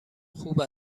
خوب